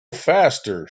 faster